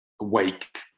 awake